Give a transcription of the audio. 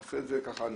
נעשה את זה בפרוסות,